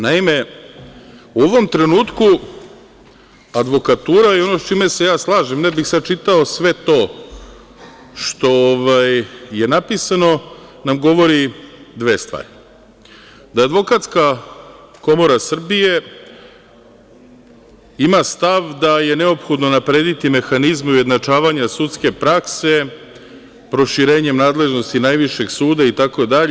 Naime, u ovom trenutku advokatura, ono sa čime se ja slažem, ne bih sad čitao sve to što je napisano, nam govori dve stvari: da Advokatska komora Srbije ima stav da je neophodno unaprediti mehanizme ujednačavanja sudske prakse proširenjem nadležnosti najvišeg suda itd.